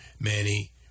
Manny